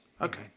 Okay